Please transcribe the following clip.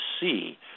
see